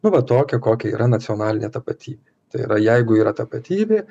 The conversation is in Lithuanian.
nu va tokia kokia yra nacionalinė tapatybė tai yra jeigu yra tapatybė